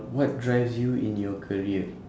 what drives you in your career